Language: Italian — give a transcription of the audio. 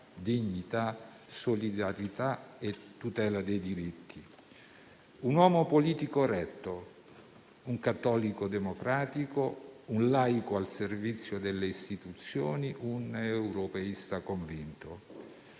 dignità, solidarietà e tutela dei diritti. Un uomo politico retto, un cattolico democratico, un laico al servizio delle istituzioni, un europeista convinto.